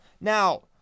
Now